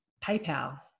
PayPal